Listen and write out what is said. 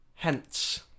Hence